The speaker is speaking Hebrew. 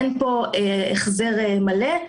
אין פה החזר מלא,